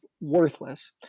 worthless